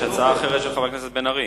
יש הצעה אחרת, של חבר הכנסת בן-ארי.